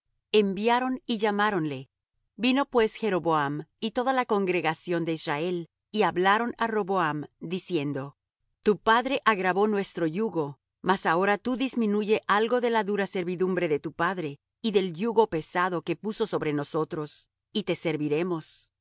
enviaron y llamáronle vino pues jeroboam y toda la congregación de israel y hablaron á roboam diciendo tu padre agravó nuestro yugo mas ahora tú disminuye algo de la dura servidumbre de tu padre y del yugo pesado que puso sobre nosotros y te serviremos